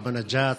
מרחבא נג'את,